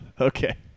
Okay